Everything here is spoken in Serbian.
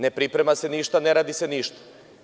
Ne priprema se ništa i ne radi se ništa.